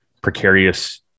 precarious